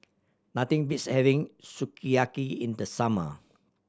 nothing beats having Sukiyaki in the summer